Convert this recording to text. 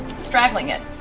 straddling it.